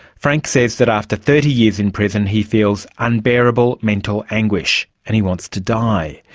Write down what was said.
frank says that after thirty years in prison he feels unbearable mental anguish and he wants to die.